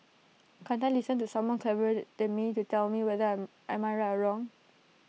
can't I listen to someone clever the than me to tell me whether I am right or wrong